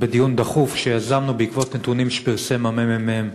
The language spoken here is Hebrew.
בדיון דחוף שיזמנו בעקבות נתונים שפרסם הממ"מ,